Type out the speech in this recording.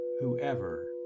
Whoever